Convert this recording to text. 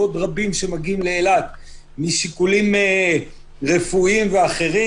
ועוד רבים שמגיעים לאילת משיקולים רפואיים ואחרים,